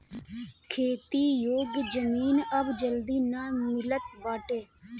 खेती योग्य जमीन अब जल्दी ना मिलत बाटे